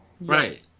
Right